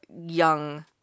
young